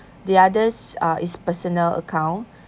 the others uh is personal account